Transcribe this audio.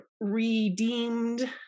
redeemed